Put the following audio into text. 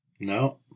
No